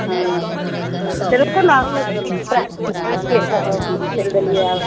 हँ एत्तहि रुकू ने भगवतीके पएर पकड़ै छिए चलि देलिए आब